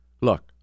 look